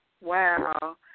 Wow